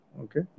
okay